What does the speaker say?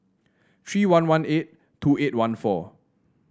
three one one eight two eight one four